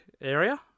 area